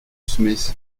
smith